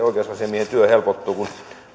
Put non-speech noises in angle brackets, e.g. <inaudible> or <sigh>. <unintelligible> oikeusasiamiehen työ helpottuu kun